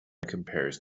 compares